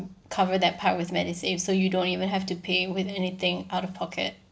cover that part with MediSave so you don't even have to pay with anything out of pocket